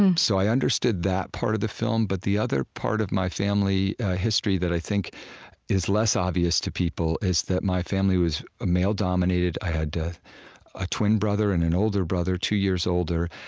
um so i understood that part of the film but the other part of my family history that i think is less obvious to people is that my family was male-dominated i had a ah twin brother and an older brother, two years older.